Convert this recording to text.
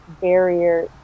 barrier